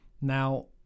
now